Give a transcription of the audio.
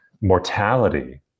mortality